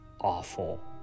Awful